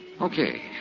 Okay